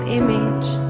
image